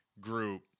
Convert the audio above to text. group